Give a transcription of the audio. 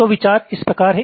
तो विचार इस प्रकार है